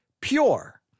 pure